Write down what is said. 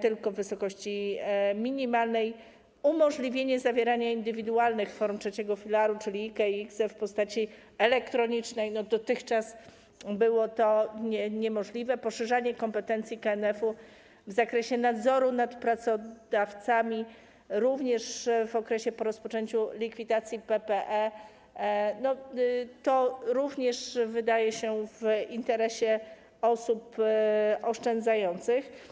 tylko wysokości minimalnej; umożliwienie zawierania indywidualnych form trzeciego filaru, czyli IKE, IKZE, w postaci elektronicznej - dotychczas było to niemożliwe; poszerzanie kompetencji KNF w zakresie nadzoru nad pracodawcami również w okresie po rozpoczęciu likwidacji PPE - to również wydaje się w interesie osób oszczędzających.